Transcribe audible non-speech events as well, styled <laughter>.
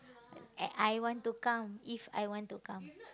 uh I want to come if I want to come <noise>